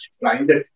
blinded